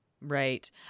Right